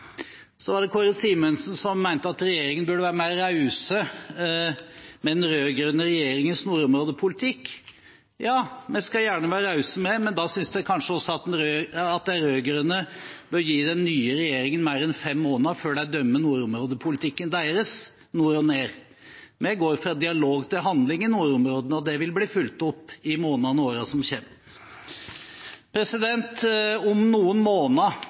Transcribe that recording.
Så til Kåre Simensen, som mente at regjeringen burde være mer raus overfor den rød-grønne regjeringens nordområdepolitikk. Vi kan gjerne være rause, men jeg synes at de rød-grønne kanskje bør gi den nye regjeringen mer enn fem måneder før de dømmer dens nordområdepolitikk nord og ned. Vi går fra dialog til handling i nordområdene, og det vil bli fulgt opp i månedene og årene som kommer. Om noen måneder